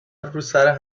روسر